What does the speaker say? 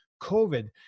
COVID